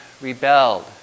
rebelled